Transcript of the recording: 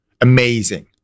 amazing